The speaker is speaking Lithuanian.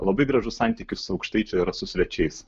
labai gražus santykis aukštaičių yra su svečiais